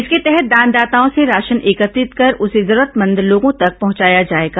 इसके तहत दानदाताओं से राशन एकत्रित कर उसे जरूरतमंद लोगों तक पहंचाय जाएगा